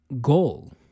goal